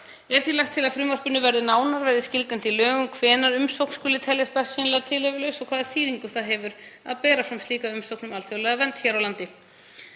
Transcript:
Er því lagt til í frumvarpinu að nánar verði skilgreint í lögum hvenær umsókn skuli teljast bersýnilega tilhæfulaus og hvaða þýðingu það hefur að bera fram slíka umsókn um alþjóðlega vernd hér á landi.